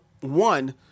one